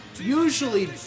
usually